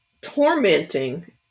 tormenting